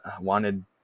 wanted